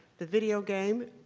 the video game.